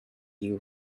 you